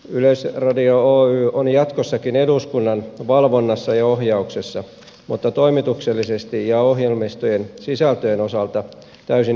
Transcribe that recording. yleisradio oy on jatkossakin eduskunnan valvonnassa ja ohjauksessa mutta toimituksellisesti ja ohjelmistojen sisältöjen osalta täysin itsenäinen yhtiö